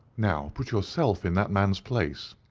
now put yourself in that man's place.